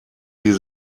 sie